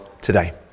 today